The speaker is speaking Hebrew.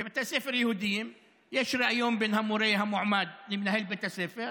בבתי ספר יהודיים יש ריאיון של המורה המועמד אצל מנהל בית הספר.